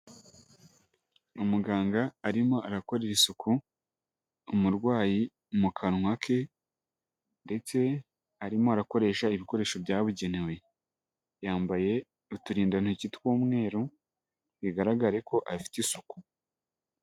Umuganga arimo arakorera isuku umurwayi mu kanwa ke; ndetse arimo akoresha ibikoresho byabugenewe; yambaye uturindantoki tw'umweru bigaragare ko afite isuku.